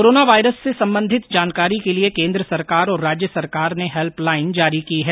corona virus से संबंधित जानकारी के लिए केन्द्र सरकार और राज्य सरकार ने हैल्प लाइन जारी की है